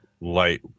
light